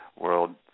world